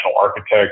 architect